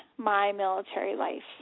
MyMilitaryLife